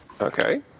okay